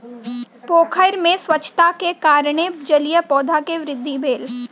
पोखैर में स्वच्छताक कारणेँ जलीय पौधा के वृद्धि भेल